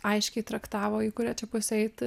aiškiai traktavo į kurią čia pusę eiti